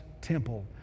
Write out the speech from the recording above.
temple